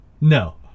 No